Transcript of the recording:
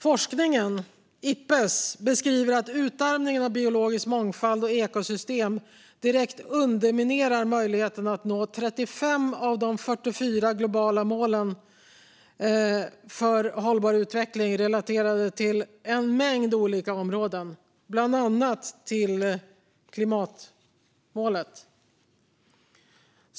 Forskningen, Ipbes, beskriver att utarmning av biologisk mångfald och ekosystem direkt underminerar möjligheten att nå 35 av de 44 globala målen för hållbar utveckling, relaterade till en mängd olika områden, bland annat klimatmålet.